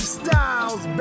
styles